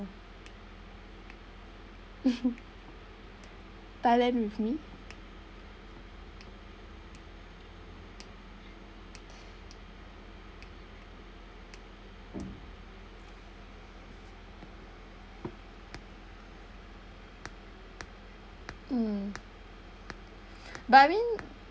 thailand with me mm but I mean